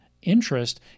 interest